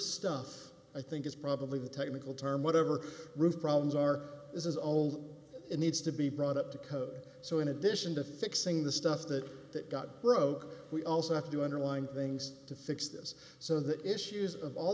stuff i think is probably the technical term whatever root problems are is all it needs to be brought up to code so in addition to fixing the stuff that that got broke we also have to underline things to fix this so the issues of all